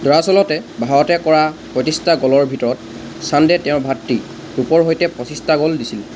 দৰাচলতে ভাৰতে কৰা পঁইত্ৰিছটা গ'লৰ ভিতৰত চান্দে তেওঁৰ ভাতৃ ৰূপৰ সৈতে পঁচিছটা গ'ল দিছিল